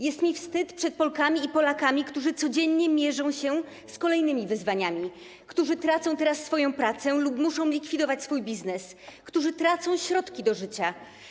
Jest mi wstyd przed Polkami i Polakami, którzy codziennie mierzą się z kolejnymi wyzwaniami, którzy tracą teraz pracę lub muszą likwidować swój biznes, którzy tracą środki do życia.